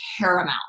paramount